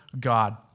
God